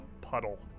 puddle